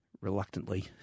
reluctantly